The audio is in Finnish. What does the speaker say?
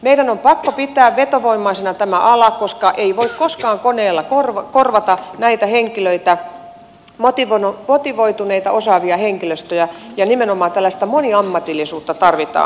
meidän on pakko pitää vetovoimaisena tämä ala koska ei voi koskaan koneella korvata näitä henkilöitä motivoituneita osaavia henkilöitä ja nimenomaan tällaista moniammatillisuutta tarvitaan